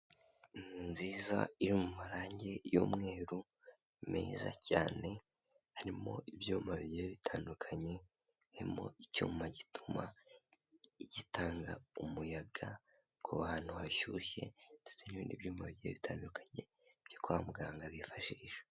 Inzu nziza iri mu marangi y'umweru meza cyane, harimo ibyuma bigiye bitandukanye birimo icyuma gituma gitanga umuyaga w'ahantu hashyushye ndetse n'ibindi byuma bigiye bitandukanye byo kwa muganga bifashisha.